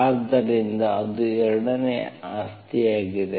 ಆದ್ದರಿಂದ ಅದು 2 ನೇ ಆಸ್ತಿಯಾಗಿದೆ